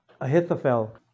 Ahithophel